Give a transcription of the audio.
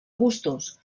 gustos